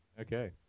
Okay